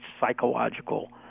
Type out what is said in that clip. psychological